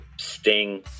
sting